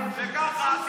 וככה,